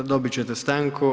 Dobit ćete stanku.